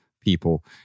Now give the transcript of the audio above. people